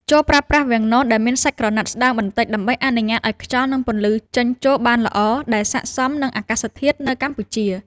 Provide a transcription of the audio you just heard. ចូរប្រើប្រាស់វាំងននដែលមានសាច់ក្រណាត់ស្ដើងបន្តិច ដើម្បីអនុញ្ញាតឱ្យខ្យល់ និងពន្លឺចេញចូលបានល្អ ដែលស័ក្តិសមនឹងអាកាសធាតុក្តៅនៅកម្ពុជា។